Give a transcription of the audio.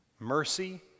Mercy